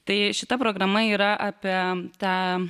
tai šita programa yra apie tą